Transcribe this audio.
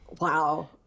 Wow